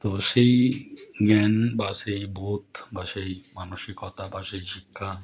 তো সেই জ্ঞান বা সেই বোধ বা সেই মানসিকতা বা সেই শিক্ষা